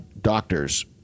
doctors